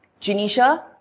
Janisha